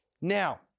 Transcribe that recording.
Now